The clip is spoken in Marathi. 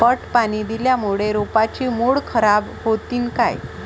पट पाणी दिल्यामूळे रोपाची मुळ खराब होतीन काय?